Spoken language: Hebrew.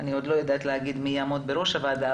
אני עדיין לא יודעת להגיד מי יעמוד בראש הוועדה,